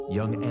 Young